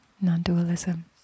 non-dualism